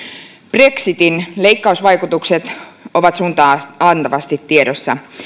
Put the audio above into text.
brexitin leikkausvaikutukset ovat suuntaa antavasti tiedossa